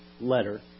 letter